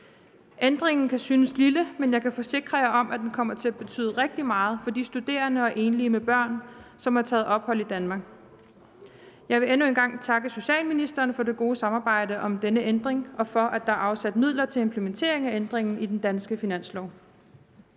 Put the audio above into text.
Ændringen kan synes lille, men jeg kan forsikre om, at den kommer til at betyde rigtig meget for de studerende og enlige med børn, som har taget ophold i Danmark. Jeg vil endnu en gang takke socialministeren for det gode samarbejde om denne ændring og for, at der er afsat midler til implementeringen af ændringen i den danske finanslov.